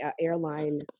airline